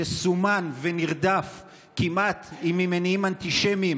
שסומן ונרדף כמעט ממניעים אנטישמיים